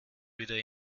wieder